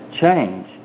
change